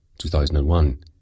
2001